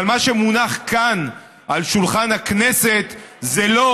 אבל מה שמונח כאן על שולחן הכנסת זה לא